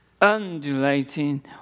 undulating